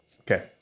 Okay